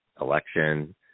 election